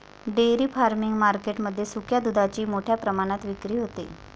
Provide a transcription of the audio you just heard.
dairy farming market मध्ये सुक्या दुधाची मोठ्या प्रमाणात विक्री होते